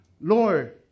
Lord